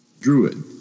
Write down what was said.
druid